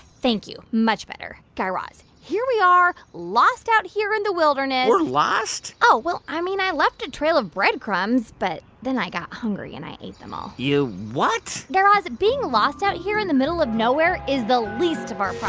thank you. much better. guy raz, here we are, lost out here in the wilderness we're lost? oh. well, i mean, i left a trail of breadcrumbs. but then i got hungry, and i ate them all you what? guy raz, being lost out here in the middle of nowhere is the least of our